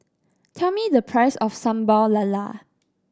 tell me the price of Sambal Lala